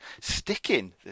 Sticking